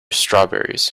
strawberries